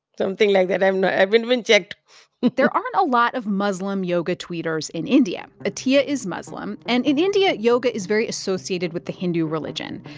something like that. i have not i haven't even checked there aren't a lot of muslim yoga tweeters in india. atiya is muslim. and in india, yoga is very associated with the hindu religion.